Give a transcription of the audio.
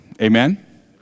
Amen